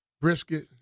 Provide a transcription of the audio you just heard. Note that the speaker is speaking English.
brisket